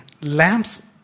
lamps